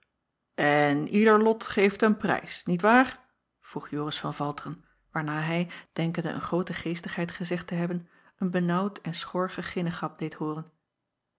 n ieder lot geeft een prijs niet waar vroeg oris van alteren waarna hij denkende een groote geestigheid gezegd te hebben een benaauwd en schor geginnegab deed hooren